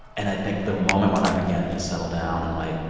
and i think the moment when i began to just settle down and, like,